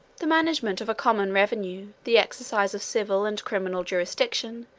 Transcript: the management of a common revenue, the exercise of civil and criminal jurisdiction,